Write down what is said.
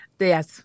Yes